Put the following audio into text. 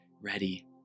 ready